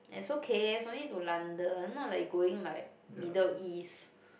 it's okay it's only to London not like you going like Middle East